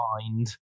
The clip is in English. mind